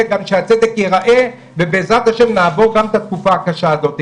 אלא גם שהצדק ייראה ובעזרת השם נעבור גם את התקופה הקשה הזאת.